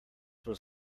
was